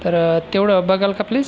तर तेवढं बघाल का प्लीज